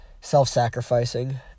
self-sacrificing